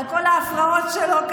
על כל ההפרעות שלו,